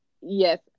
Yes